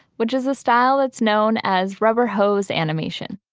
which is a style it's known as rubber hose animation.